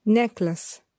necklace